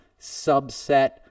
subset